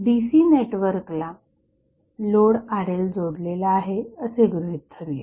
DC नेटवर्कला load RLजोडलेला आहे असे गृहीत धरूया